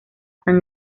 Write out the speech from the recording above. san